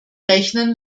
rechnen